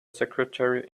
secretary